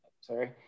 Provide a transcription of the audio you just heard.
Sorry